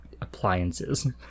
appliances